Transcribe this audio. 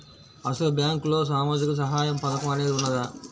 అసలు బ్యాంక్లో సామాజిక సహాయం పథకం అనేది వున్నదా?